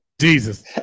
Jesus